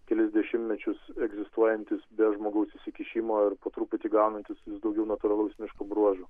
kelis dešimtmečius egzistuojantis be žmogaus įsikišimo ir po truputį įgaunantis vis daugiau natūralaus miško bruožų